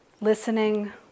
listening